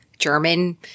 German